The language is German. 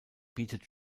bietet